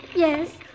Yes